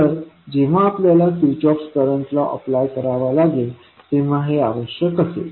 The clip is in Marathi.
तर जेव्हा आपल्याला किर्चहोफ करंट लॉ अप्लाय करावा लागेल तेव्हा हे आवश्यक असेल